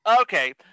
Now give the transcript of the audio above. okay